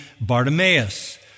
Bartimaeus